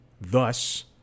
thus